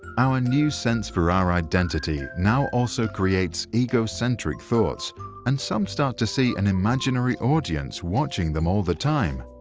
our new sense for our identity now also creates egocentric thoughts and some start to see an imaginary imaginary audience watching them all the time.